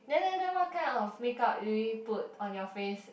then then then what kind of makeup do you usually put on your face